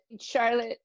Charlotte